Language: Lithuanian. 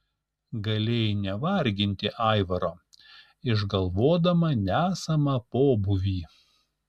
galėjai nevarginti aivaro išgalvodama nesamą pobūvį